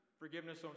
Forgiveness